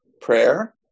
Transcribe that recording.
prayer